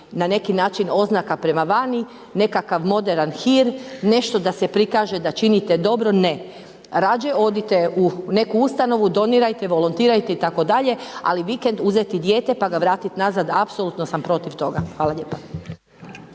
na neki način oznaka prema vani, nekakav moderan hir, nešto da se prikaže da činite dobro, ne. Rađe odite u neku ustanovu, donirajte, volontirajte itd., ali vikend uzeti dijete pa ga vratit nazad, apsolutno sam protiv toga. Hvala lijepa.